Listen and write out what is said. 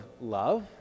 love